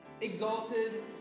Exalted